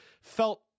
felt